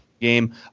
game